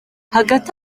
hagati